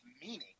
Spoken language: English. meaning